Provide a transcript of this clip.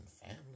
family